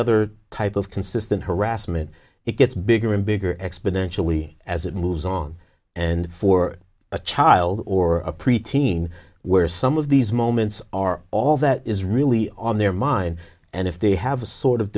other type of consistent harassment it gets bigger and bigger exponentially as it moves on and for a child or a preteen where some of these moments are all that is really on their mind and if they have a sort of